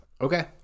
Okay